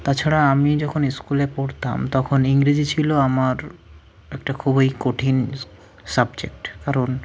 তাছাড়া আমি যখন স্কুলে পড়তাম তখন ইংরেজি ছিল আমার একটা খুবই কঠিন সাবজেক্ট কারণ